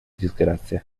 disgrazia